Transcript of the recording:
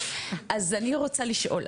אז אני רוצה לשאול,